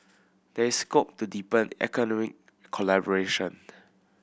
there is scope to deepen economy collaboration